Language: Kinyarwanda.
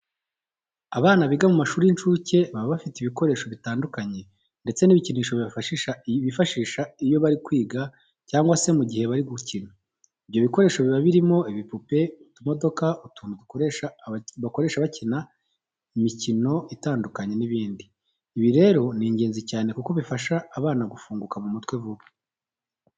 Abana biga mu mashuri y'incuke baba bafite ibikoresho bitandukanye ndetse n'ibikinisho bifashisha iyo bari kwiga cyangwa se mu gihe bari gukina. Ibyo bikoresho biba birimo, ibipupe, utumodoka, utuntu bakoresha bakina imikino itandukanye n'ibindi. Ibi rero ni ingenzi cyane kuko bifasha abana gufunguka mu mutwe vuba.